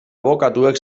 abokatuek